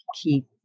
keep